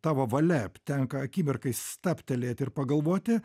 tavo valia p tenka akimirkai stabtelėt ir pagalvoti